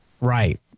Right